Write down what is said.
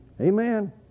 Amen